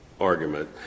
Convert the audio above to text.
argument